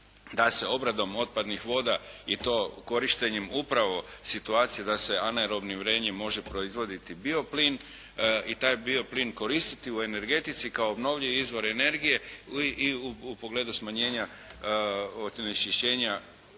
da se obradom otpadnih voda i to korištenjem upravo situacije da se anaerobnim vrenjem može proizvoditi bio plin i taj bio plin koristiti u energetici kao obnovljivi izvor energije i u pogledu smanjenja onečišćenja